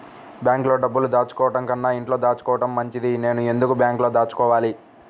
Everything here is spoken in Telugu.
బ్యాంక్లో డబ్బులు దాచుకోవటంకన్నా ఇంట్లో దాచుకోవటం మంచిది నేను ఎందుకు బ్యాంక్లో దాచుకోవాలి?